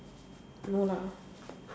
no lah